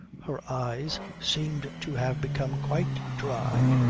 her eyes seemed to have become quite dry,